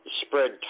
spread